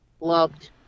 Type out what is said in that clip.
loved